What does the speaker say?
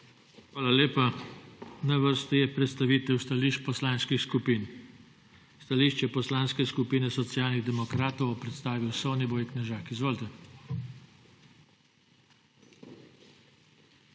Hvala lepa. Na vrsti je predstavitev stališč poslanskih skupin. Stališče Poslanske skupine Socialnih demokratov bo predstavil Soniboj Knežak. Izvolite.